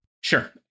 Sure